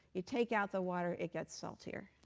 you take out the water, it gets saltier.